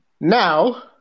Now